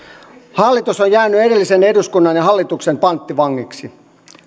hallitus on jäänyt edellisen eduskunnan ja hallituksen panttivangiksi